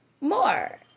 more